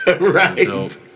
Right